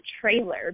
trailer